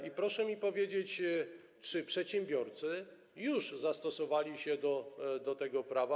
I proszę mi powiedzieć, czy przedsiębiorcy już zastosowali się do tego prawa?